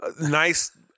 Nice